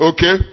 Okay